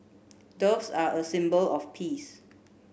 doves are a symbol of peace